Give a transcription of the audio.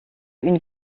une